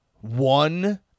one